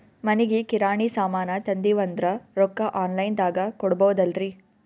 ಮನಿಗಿ ಕಿರಾಣಿ ಸಾಮಾನ ತಂದಿವಂದ್ರ ರೊಕ್ಕ ಆನ್ ಲೈನ್ ದಾಗ ಕೊಡ್ಬೋದಲ್ರಿ?